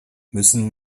müssen